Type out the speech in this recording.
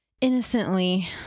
innocently